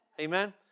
Amen